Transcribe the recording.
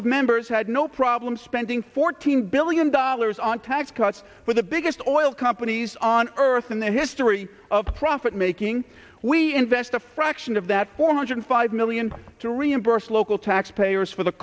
of members had no problem spending fourteen billion dollars on tax cuts for the biggest oil companies on earth in the history of profit making we invest a fraction of that four hundred five million to reimburse local taxpayers for the